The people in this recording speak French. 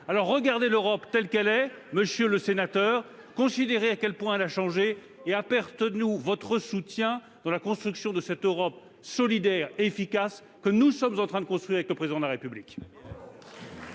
Alors, regardez l'Europe telle qu'elle est, monsieur le sénateur, et voyez à quel point elle a changé. Apportez votre soutien à cette Europe solidaire et efficace que nous sommes en train de construire avec le Président de la République